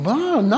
Wow